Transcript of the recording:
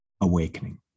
Awakening